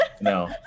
No